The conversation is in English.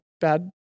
bad